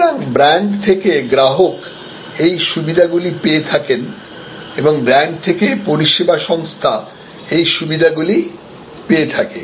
সুতরাং ব্র্যান্ড থেকে গ্রাহক এই সুবিধাগুলি পেয়ে থাকেন এবং ব্র্যান্ড থেকে পরিষেবা সংস্থা এই সুবিধাগুলো পেয়ে থাকে